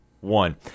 one